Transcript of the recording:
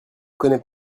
connais